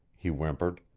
he whimpered.